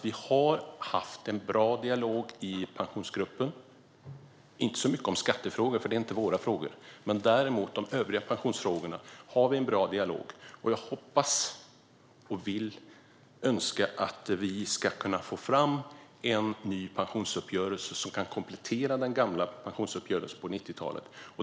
Vi har haft en bra dialog i Pensionsgruppen, inte särskilt mycket om skattefrågor eftersom det inte är våra frågor. Men de övriga pensionsfrågorna har vi en bra dialog om. Jag hoppas, vill och önskar att vi ska kunna få fram en ny pensionsuppgörelse som kan komplettera den gamla från 90-talet.